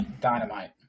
dynamite